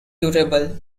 durable